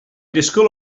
disgwyl